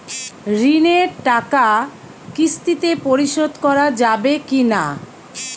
ঋণের টাকা কিস্তিতে পরিশোধ করা যাবে কি না?